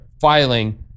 filing